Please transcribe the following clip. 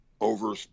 over